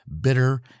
bitter